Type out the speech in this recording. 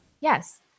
Yes